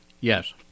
Yes